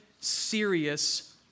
serious